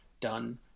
done